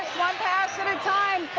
one pass at a time.